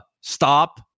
stop